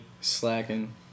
Slacking